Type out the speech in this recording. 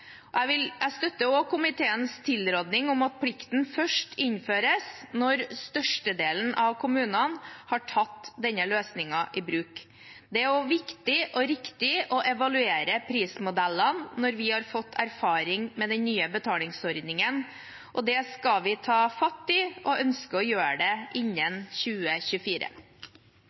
Jeg støtter også komiteens tilråding om at plikten først innføres når størstedelen av kommunene har tatt denne løsningen i bruk. Det er også viktig og riktig å evaluere prismodellene når vi har fått erfaring med den nye betalingsordningen. Det skal vi ta fatt i og ønsker å gjøre det innen 2024.